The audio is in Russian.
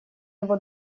его